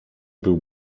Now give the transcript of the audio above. był